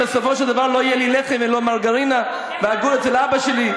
אם בסופו של דבר לא יהיה לי לחם ולא מרגרינה ואגור אצל אבא שלי?